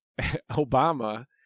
Obama